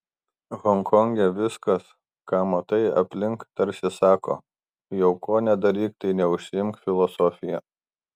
honkonge viskas ką matai aplink tarsi sako jau ko nedaryk tai neužsiimk filosofija